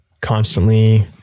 constantly